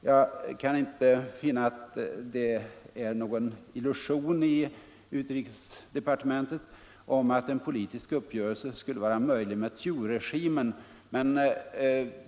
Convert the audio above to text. Jag kan inte finna att det är någon illusion i utrikesdepartementet om att en politisk uppgörelse skulle vara möjlig med Thieuregimen. Men varför då detta dröjsmål?